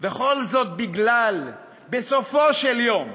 וכל זאת, בסופו של יום,